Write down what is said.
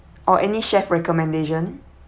or any chef recommendation